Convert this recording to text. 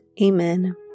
Amen